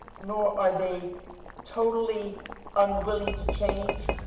nor are they totally unwilling to change.